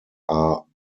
are